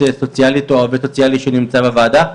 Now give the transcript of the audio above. הסוציאלית או העובד הסוציאלי שנמצא בוועדה,